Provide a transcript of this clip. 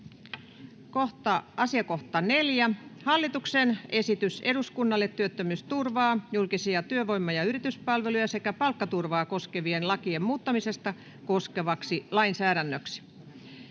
Section: 4 - Hallituksen esitys eduskunnalle työttömyysturvaa, julkisia työvoima- ja yrityspalveluja sekä palkkaturvaa koskevien lakien muuttamista koskevaksi lainsäädännöksi